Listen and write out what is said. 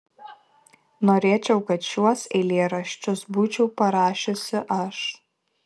norėčiau kad šiuos eilėraščius būčiau parašiusi aš